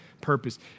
purpose